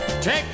Take